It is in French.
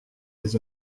les